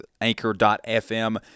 anchor.fm